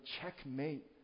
checkmate